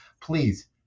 please